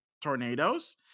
tornadoes